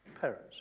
parents